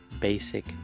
basic